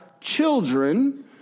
children